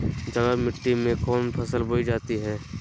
जलोढ़ मिट्टी में कौन फसल बोई जाती हैं?